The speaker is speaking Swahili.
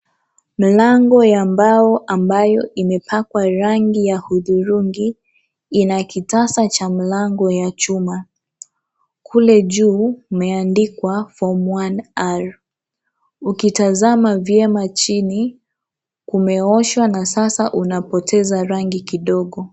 Milango ya mbao ambayo imepakwa rangi ya udhurungi ina kitasa cha mlango wa chuma, kule juu kumeandikwa form one R ,ukitazama vyema chini kumewashwa na sasa unapoteza rangi kidogo.